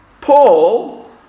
Paul